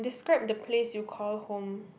describe the place you call home